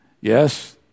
yes